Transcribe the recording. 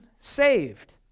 saved